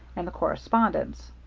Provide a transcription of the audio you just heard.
and the correspondence.